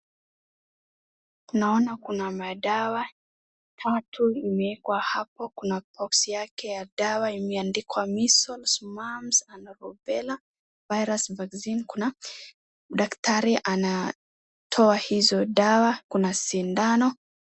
Naona kuna madawa tatu imeekwa hapo, kunaboxi yake ya dawa imeandikwa Measles ,Merpes ,Anaroebela virus Vaccine .Kuna daktari anatoa hizo dawa ,kuna sindano .